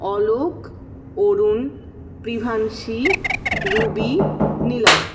Alok Arun Priyanshi Ruby Neelam